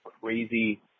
crazy